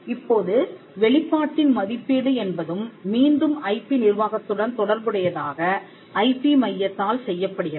இப்போது வெளிப்பாட்டின் மதிப்பீடு என்பதும் மீண்டும் ஐபி நிர்வாகத்துடன் தொடர்புடையதாக ஐபி மையத்தால் செய்யப்படுகிறது